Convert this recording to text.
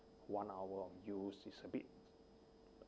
one hour of use is a bit